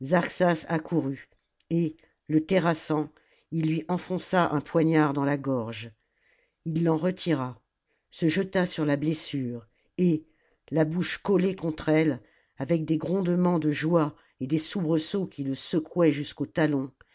accourut et le terrassant il lui enfonça un poignard dans la gorge il l'en retira se jeta sur la blessure et la bouche collée contre elle avec des grondements de joie et des soubresauts qui le secouaient jusqu'aux talons